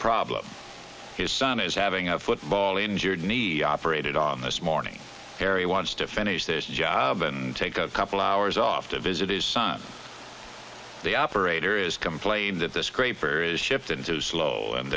problem his son is having a football injured knee operated on this morning kerry wants to finish this job and take a couple hours off to visit his son the operator is complain that the scraper is shipped in too slow and